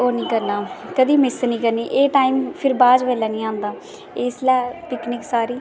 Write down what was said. ओह् निं करना कदें मिस निं करनी एह् टाईम फिर बाद बेल्लै निं आंदा इसलै पिकनिक सारी